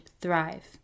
Thrive